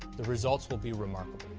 the results will be remarkable.